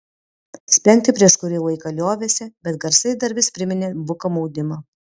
spengti prieš kurį laiką liovėsi bet garsai dar vis priminė buką maudimą